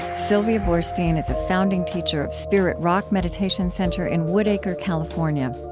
sylvia boorstein is a founding teacher of spirit rock meditation center in woodacre, california.